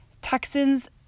Texans